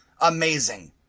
Amazing